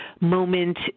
moment